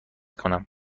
کنم